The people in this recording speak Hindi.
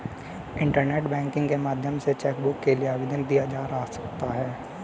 इंटरनेट बैंकिंग के माध्यम से चैकबुक के लिए आवेदन दिया जा सकता है